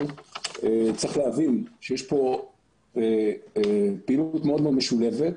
צריך להבין שיש פה פעילות מאוד מאוד משולבת,